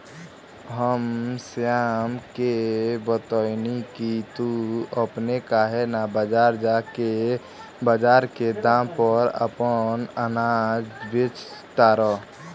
हम श्याम के बतएनी की तू अपने काहे ना बजार जा के बजार के दाम पर आपन अनाज बेच तारा